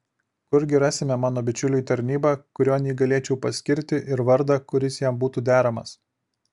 kurgi rasime mano bičiuliui tarnybą kurion jį galėčiau paskirti ir vardą kuris jam būtų deramas